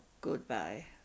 goodbye